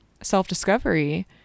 self-discovery